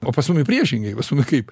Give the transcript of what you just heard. o pas mumi priešingai pas mumi kaip